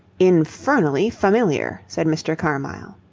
infernally familiar! said mr. carmyle.